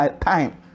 time